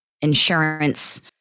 insurance